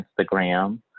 Instagram